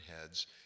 heads